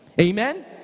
Amen